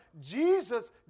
Jesus